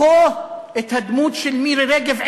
הדמות של מירי רגב,